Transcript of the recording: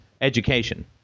education